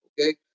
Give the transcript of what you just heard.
Okay